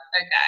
okay